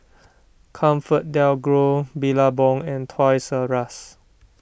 ComfortDelGro Billabong and Toys R Us